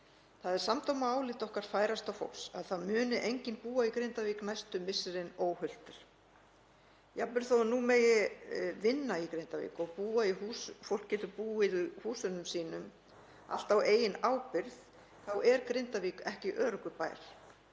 Það er samdóma álit okkar færasta fólks að það muni enginn búa í Grindavík næstu misserin óhultur. Jafnvel þó að nú megi vinna í Grindavík og fólk geti búið í húsunum sínum, allt á eigin ábyrgð, er Grindavík ekki öruggur